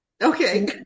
Okay